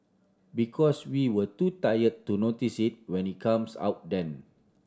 because we were too tired to notice it when it comes out then